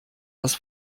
das